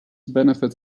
benefit